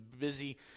busy